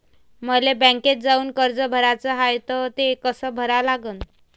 मले बँकेत जाऊन कर्ज भराच हाय त ते कस करा लागन?